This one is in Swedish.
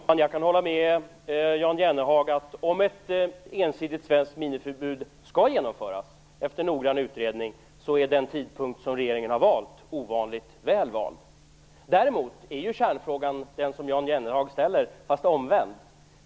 Herr talman! Jag kan hålla med Jan Jennehag om att om ett ensidigt svenskt minförbud efter noggrann utredning skall genomföras är den tidpunkt som regeringen har valt ovanligt välvald. Däremot är kärnfrågan den som Jan Jennehag ställer men omvänt.